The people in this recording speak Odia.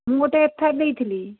ମୁଁ ଗୋଟେ ଏଫ ଆଇ ଆର୍ ଦେଇଥିଲି